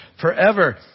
forever